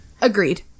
Agreed